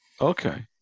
okay